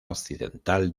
occidental